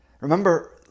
Remember